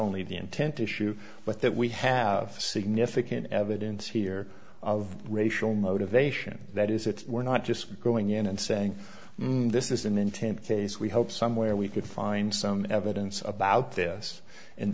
only the intent issue but that we have significant evidence here of racial motivation that is it we're not just going in and saying this is an intent case we hope somewhere we could find some evidence about this and